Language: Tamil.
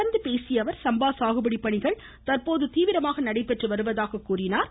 தொடர்ந்து பேசிய அவர் சம்பா சாகுபடி பணிகள் தற்போது தீவிரமாக நடைபெற்று வருவதாக எடுத்துரைத்தார்